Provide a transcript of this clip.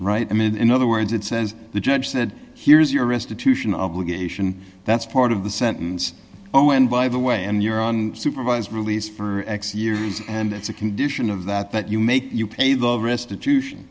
mean in other words it says the judge said here's your restitution obligation that's part of the sentence oh and by the way and you're on supervised release for x years and it's a condition of that that you make you pay the restitution